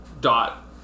dot